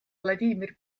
vladimir